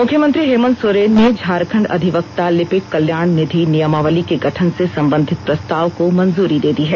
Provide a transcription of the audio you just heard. मुख्यमंत्री हेमन्त सोरेन ने झारखंड अधिवक्ता लिपिक कल्याण निधि नियमावली के गठन से संबंधित प्रस्ताव को मंजूरी दे दी है